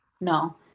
no